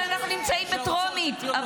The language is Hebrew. אבל אנחנו נמצאים בטרומית.